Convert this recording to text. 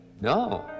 no